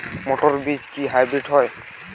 মটর বীজ কি হাইব্রিড হয়?